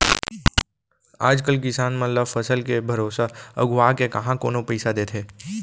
आज कल किसान मन ल फसल के भरोसा अघुवाके काँहा कोनो पइसा देथे